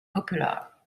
popular